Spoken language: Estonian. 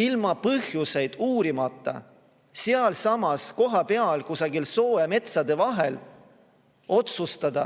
ilma põhjuseid uurimata sealsamas kohapeal kusagil soode ja metsade vahel otsustada,